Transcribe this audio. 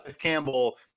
Campbell